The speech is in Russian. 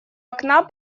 окна